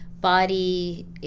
body